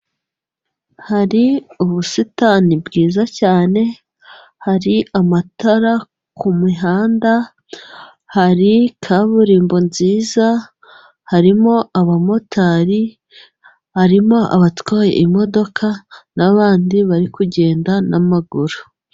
Hari ubusitani bwiza cyane, hari amatara ku mihanda, hari kaburimbo nziza harimo abamotari, harimo abatwaye imodoka n'abandi bari kugenda n'amaguru.